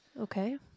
Okay